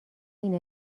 این